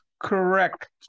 correct